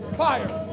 fire